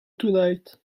tonight